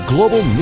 Global